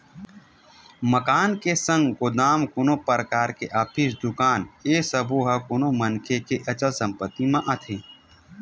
मकान के संग गोदाम, कोनो परकार के ऑफिस, दुकान ए सब्बो ह कोनो मनखे के अचल संपत्ति म आथे